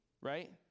Right